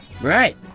Right